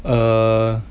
err